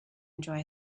enjoy